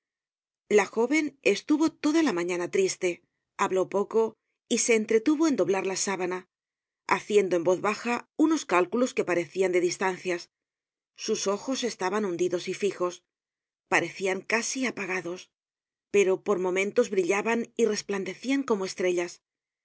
la jóven estuvo toda la mañana triste habló poco y se entretuvo en doblar la sábana haciendo en voz baja unos cálculos que parecian de distancias sus ojos estaban hundidos y fijos parecian casi apagados pero por momentos brillaban y resplandecian como estrellas